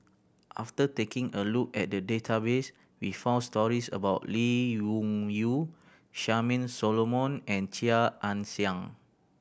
after taking a look at the database we found stories about Lee Wung Yew Charmaine Solomon and Chia Ann Siang